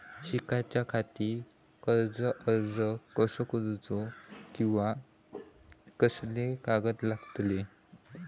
शिकाच्याखाती कर्ज अर्ज कसो करुचो कीवा कसले कागद लागतले?